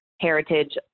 heritage